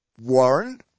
Warren